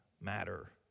matter